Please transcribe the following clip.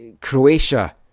Croatia